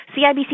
CIBC